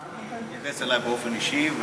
כי הוא התייחס אלי באופן אישי.